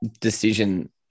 decision